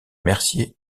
mercier